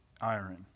iron